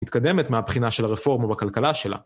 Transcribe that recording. מתקדמת מהבחינה של הרפורמה בכלכלה שלה.